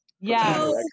yes